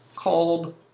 called